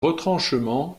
retranchements